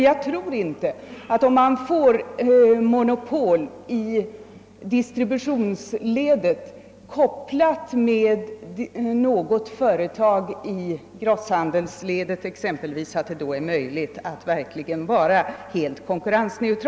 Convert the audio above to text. Jag tror inte att det är möjligt att vara helt konkurrensneutral, om man får ett statligt monopol i distributionsledet kopplat med något statligt företag i grosshandelsledet.